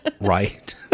Right